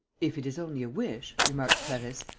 if it is only a wish, remarked clarisse,